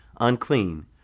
unclean